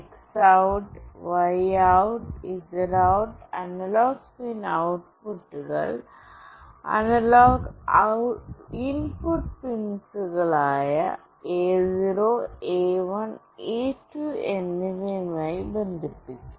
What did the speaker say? X OUT Y OUT Z OUT analog pin ഔട്ട്പുട്ടുകൾ analog input പിൻസുകളായ A0 A1 A2 എന്നിവയുമായി ബന്ധിപ്പിക്കും